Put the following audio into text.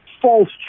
False